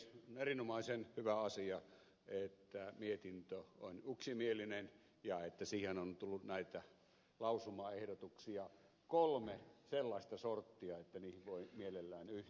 on erinomaisen hyvä asia että mietintö on yksimielinen ja että siihen on tullut näitä lausumaehdotuksia kolme ja ne ovat sellaista sorttia että niihin voi mielellään yhtyä